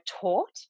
taught